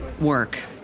work